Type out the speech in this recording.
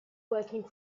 working